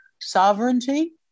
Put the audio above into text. sovereignty